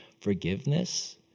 Forgiveness